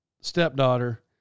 stepdaughter